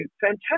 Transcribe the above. fantastic